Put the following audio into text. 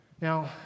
Now